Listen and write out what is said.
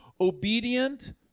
obedient